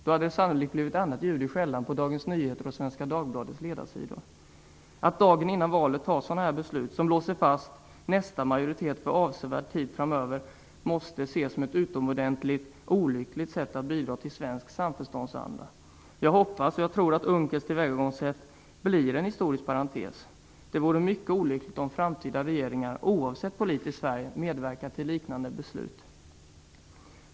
Då hade det sannolikt blivit annat ljud i skällan på Dagens Nyheters och Svenska Dagbladets ledarsidor. Att dagen innan valet fatta sådana här beslut som låser fast nästa majoritet för avsevärd tid framöver måste ses som ett utomordentligt olyckligt sätt att bidra till svensk samförståndsanda. Jag hoppas och jag tror att Unckels tillvägagångssätt blir en historisk parentes. Det vore mycket olyckligt om framtida regeringar, oavsett politisk färg, medverkar till liknande beslut.